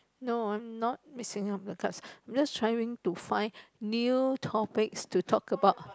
no I'm not missing up the cards I'm just trying to find new topics to talk about